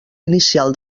inicial